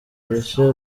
rushya